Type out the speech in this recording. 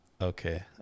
Okay